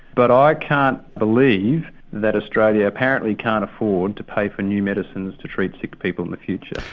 but i can't believe that australia apparently can't afford to pay for new medicines to treat sick people in the future.